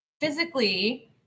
Physically